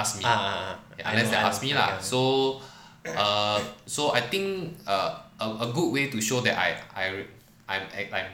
ah ah ah